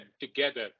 together